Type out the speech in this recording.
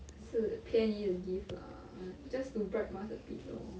是便宜的 gift lah ai~ just to bribe us a bit lor